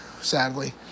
Sadly